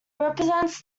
represents